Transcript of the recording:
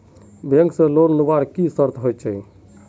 Bank से loan लुबार की की शर्त होचए?